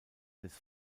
des